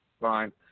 Fine